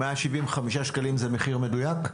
175 שקלים זה מחיר מדויק,